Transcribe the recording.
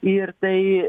ir tai